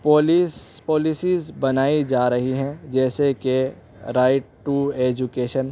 police policies بنائی جا رہی ہیں جیسے کہ رائٹ ٹو ایجوکیشن